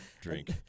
drink